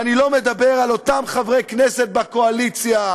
ואני לא מדבר על אותם חברי כנסת בקואליציה,